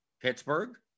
Pittsburgh